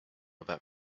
about